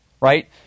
Right